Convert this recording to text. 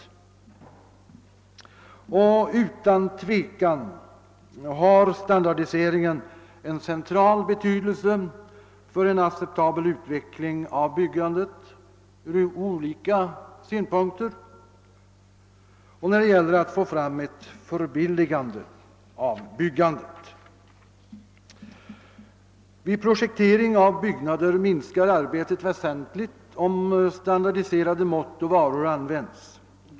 Utan tvivel har standardiseringen en central betydelse för en acceptabel utveckling av byggandet ur olika synpunkter och när det gäller att få till stånd ett förbilligande av detta. Vid projektering av byggnader minskar arbetet väsentligt om standardiserade mått och varor. används.